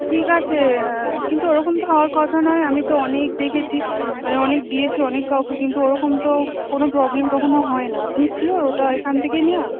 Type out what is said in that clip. ঠিক আছে কিন্তু ওরকম তো হওয়ার কথা নয় আমি তো অনেক দেখেছি মানে অনেক দিয়েছি অনেক কাউকে কিন্তু ওরকম তো কোনো প্রবলেম কখনও হয় না আপনি শিওর ওটা এখান থেকেই নেওয়া